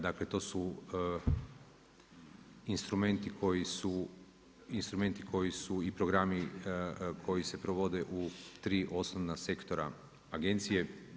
Dakle to su instrumenti koji su i programi koji se provode u tri osnovna sektora agencije.